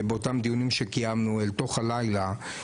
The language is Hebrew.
באותם דיונים שקיימנו אל תוך הלילה.